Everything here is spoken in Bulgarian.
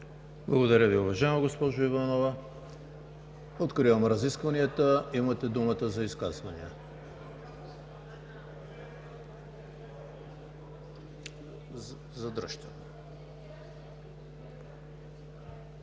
Благодаря Ви, уважаема госпожо Иванова. Откривам разискванията. Имате думата за изказвания.